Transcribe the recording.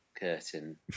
curtain